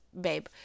babe